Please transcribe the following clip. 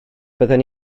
bydden